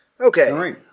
Okay